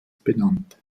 benannt